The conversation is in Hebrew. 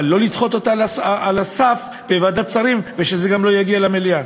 אבל לא לדחות זאת על הסף בוועדת שרים ושזה גם לא יגיע למליאה.